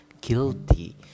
guilty